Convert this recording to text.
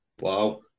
Wow